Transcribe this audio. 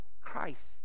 Christ